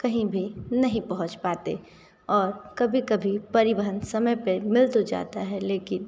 कहीं भी नहीं पहुंच पाते और कभी कभी परिवहन समय पर मिल तो जाता है लेकिन